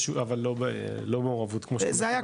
אבל לא מעורבות כמו ש- -- זה היה,